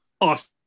awesome